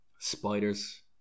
spiders